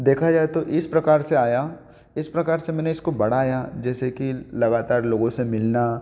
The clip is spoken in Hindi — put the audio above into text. देखा जाए तो इस प्रकार से आया इस प्रकार से मैंने इसको बढ़ाया जैसे कि लगातार लोगो से मिलना